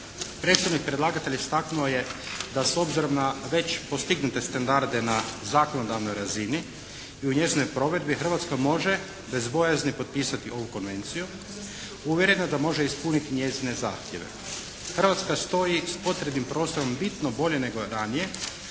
Predstavnik predlagatelja istaknuo je da s obzirom na već postignute standarde na zakonodavnoj razini i u njezinoj provedbi, Hrvatska može bez bojazni potpisati ovu konvenciju, uvjerena da može ispuniti njezine zahtjeve. Hrvatska stoji s potrebnim prostorom bitno bolje nego ranije